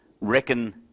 reckon